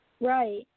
Right